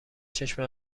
چشم